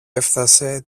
έφθασε